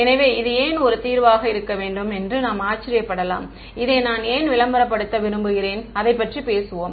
எனவே இது ஏன் ஒரு தீர்வாக இருக்க வேண்டும் என்று நாம் ஆச்சரியப்படலாம் இதை நான் ஏன் விளம்பரப்படுத்த விரும்புகிறேன் அதைப் பற்றி பேசுவோம்